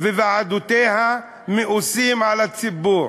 וועדותיה מאוסות על הציבור.